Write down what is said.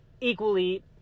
equally